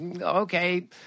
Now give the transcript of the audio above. okay